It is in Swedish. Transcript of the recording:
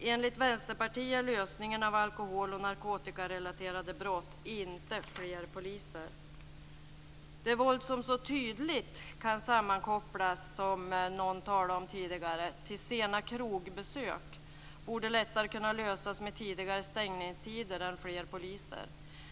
Enligt Vänsterpartiet är lösningen när det gäller alkohol och narkotikarelaterade brott inte fler poliser. Det våld som så tydligt kan sammankopplas, som någon talade om tidigare, med sena krogbesök, borde lättare kunna lösas med tidigare stängningstider än fler poliser.